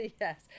yes